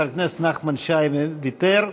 חבר הכנסת נחמן שי, ויתר.